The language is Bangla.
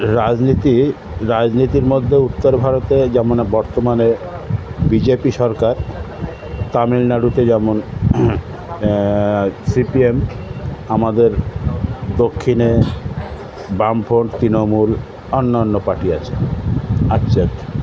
রাজনীতি রাজনীতির মধ্যে উত্তর ভারতে যেমন বর্তমানে বিজেপি সরকার তামিলনাড়ুতে যেমন সিপিএম আমাদের দক্ষিণে বামফ্রন্ট তৃণমূল অন্য অন্য পার্টি আছে আছে